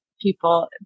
people